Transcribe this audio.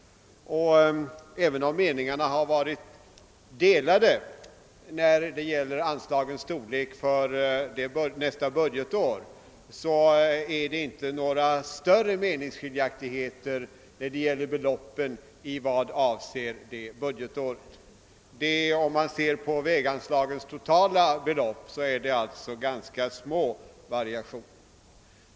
även om meningarna har varit delade när det gäller anslagens storlek för nästa budgetår föreligger inga större meningsskiljaktigheter när det gäller beloppen för detta budgetår. Om man ser på väganslagens totala belopp är det ganska små variationer.